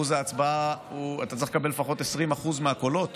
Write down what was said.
אתה צריך לקבל לפחות 20% מהקולות